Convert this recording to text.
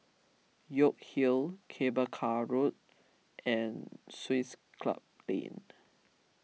York Hill Cable Car Road and Swiss Club Lane